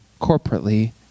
corporately